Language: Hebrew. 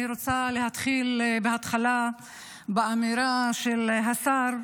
אני רוצה להתחיל בהתחלה באמירה של השר,